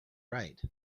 right